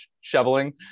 shoveling